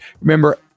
Remember